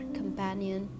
companion